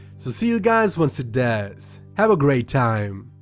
so see you guys once it does! have a great time!